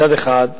מצד אחד,